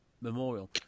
Memorial